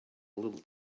little